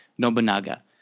nobunaga